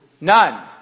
None